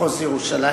מחוז ירושלים,